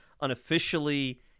unofficially